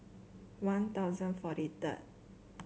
One Thousand forty third